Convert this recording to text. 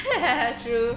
true